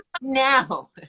now